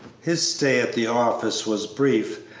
his stay at the office was brief,